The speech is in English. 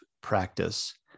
practice